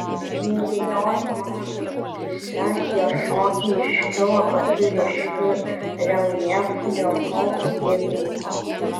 neabejoju mano mintyse tie šokiai iškilo tokiu ryškiu reljefu dėl to kur jie vyko